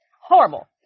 Horrible